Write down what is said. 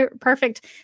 perfect